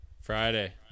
Friday